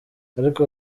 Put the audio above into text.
ariko